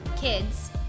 kids